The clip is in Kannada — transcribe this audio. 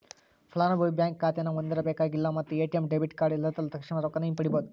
ಫಲಾನುಭವಿ ಬ್ಯಾಂಕ್ ಖಾತೆನ ಹೊಂದಿರಬೇಕಾಗಿಲ್ಲ ಮತ್ತ ಎ.ಟಿ.ಎಂ ಡೆಬಿಟ್ ಕಾರ್ಡ್ ಇಲ್ಲದ ತಕ್ಷಣಾ ರೊಕ್ಕಾನ ಹಿಂಪಡಿಬೋದ್